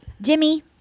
Jimmy